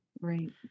Right